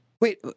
Wait